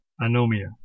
anomia